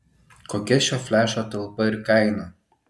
kokia šio flešo talpa ir kaina